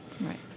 Right